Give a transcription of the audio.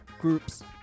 groups